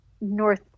North